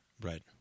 Right